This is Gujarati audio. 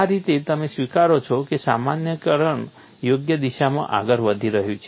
આ રીતે તમે સ્વીકારો છો કે સામાન્યીકરણ યોગ્ય દિશામાં આગળ વધી રહ્યું છે